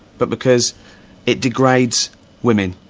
but because it degrades women,